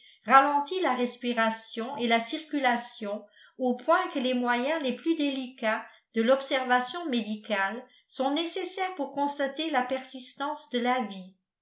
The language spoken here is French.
la respiration et la circulation au point que les moyens les plus délicats de l'observation médicale sont nécessaires pour constater la persistance de la vie